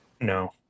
No